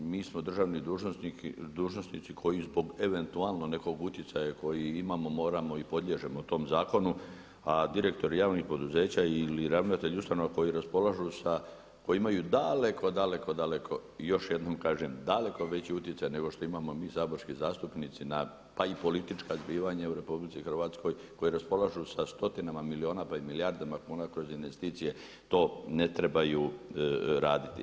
Mi smo državni dužnosnici koji zbog eventualno nekog utjecaja koji imamo moramo i podliježemo tom zakonu a direktori javnih poduzeća ili ravnatelji ustanova koji raspolažu sa, koji imaju daleko, daleko, daleko i još jednom kažem daleko veći utjecaj nego što imamo mi saborski zastupnici na, pa i politička zbivanja u RH koje raspolažu sa stotinama milijuna pa i milijardama kuna kroz investicije to ne trebaju raditi.